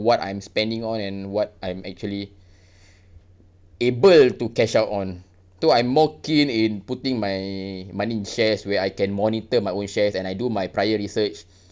what I'm spending on and what I'm actually able to cash out on so I'm more keen in putting my money in shares where I can monitor my own shares and I do my prior research